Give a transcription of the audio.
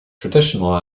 traditional